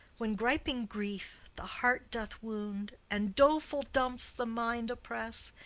when griping grief the heart doth wound, and doleful dumps the mind oppress,